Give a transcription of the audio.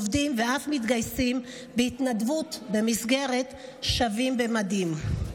עובדים ואף מתגייסים בהתנדבות במסגרת "שווים במדים".